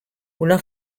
una